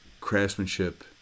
craftsmanship